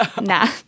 Nah